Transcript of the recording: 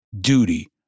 duty